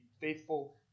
faithful